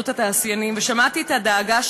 תודה,